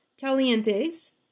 Calientes